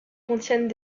contiennent